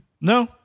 No